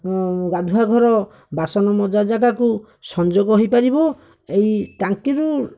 ଗାଧୁଆଘର ବାସନା ମଜା ଜାଗାକୁ ସଂଯୋଗ ହୋଇପାରିବ ଏହି ଟାଙ୍କିରୁ